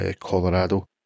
Colorado